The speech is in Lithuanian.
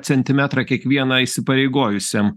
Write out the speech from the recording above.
centimetrąkiekvieną įsipareigojusiam